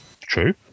true